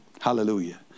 Hallelujah